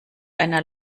einer